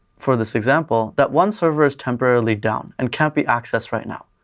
for this example, that one server is temporarily down and can't be accessed right now.